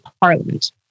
Parliament